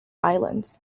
islands